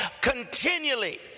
continually